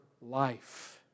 life